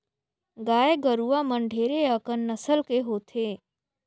गाय गरुवा मन ढेरे अकन नसल के होथे